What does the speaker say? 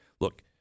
Look